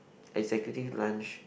executive lunch